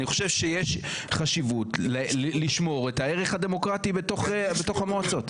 אני חושב שיש חשיבות לשמור את הערך הדמוקרטי בתוך המועצות,